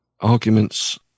arguments